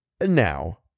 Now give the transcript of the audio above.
now